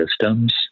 systems